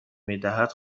میدهد